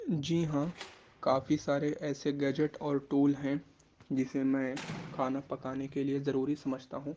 جی ہاں کافی سارے ایسے گیجٹ اور ٹول ہیں جسے میں کھانا پکانے کے لیے ضروری سمجھتا ہوں